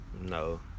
No